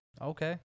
Okay